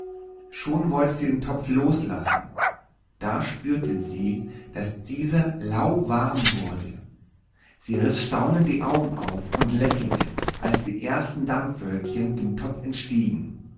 schon wollte sie den topf loslassen da spürte sie daß dieser lauwarm wurde sie riß staunend die augen auf und lächelte als die ersten dampfwölkchen dem topf entstiegen